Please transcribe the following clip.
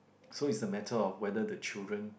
so it's a matter of whether the children